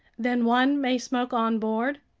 then one may smoke on board?